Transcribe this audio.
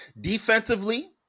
Defensively